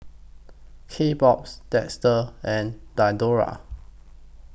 Kbox Dester and Diadora